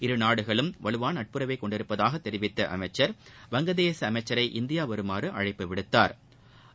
இரு நாடுகளும் வலுவாள நட்புறவை கொண்டுள்ளதா தெரிவித்த அமைச்சர் வங்கதேச அமைச்சளர இந்தியா வருமாறு அழைப்பு விடுத்தாா்